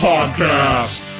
Podcast